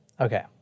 Okay